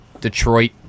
Detroit